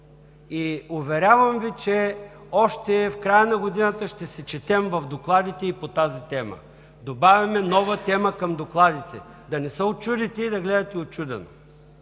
Уверявам Ви, че още в края на годината ще се четем в докладите и по тази тема, добавяме нова тема към докладите – да не се учудите и да гледате учудено,